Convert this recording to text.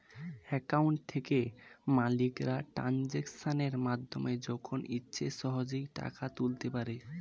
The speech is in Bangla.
অ্যাকাউন্ট থেকে মালিকরা ট্রানজাকশনের মাধ্যমে যখন ইচ্ছে সহজেই টাকা তুলতে পারে